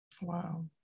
Wow